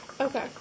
Okay